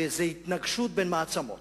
וזו התנגשות בין מעצמות,